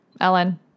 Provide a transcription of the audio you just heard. Ellen